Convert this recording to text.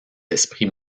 esprits